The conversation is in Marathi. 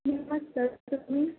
नमस्कार तुम्ही